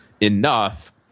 enough